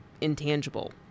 intangible